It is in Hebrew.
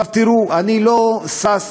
עכשיו תראו, אני לא שש,